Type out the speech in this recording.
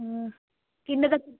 किन्ने तक्कर